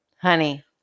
honey